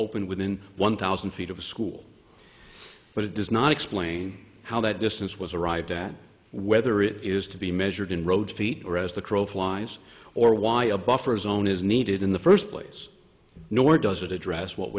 open within one thousand feet of a school but it does not explain how that distance was arrived at whether it is to be measured in road feet or as the crow flies or why a buffer zone is needed in the first place nor does it address what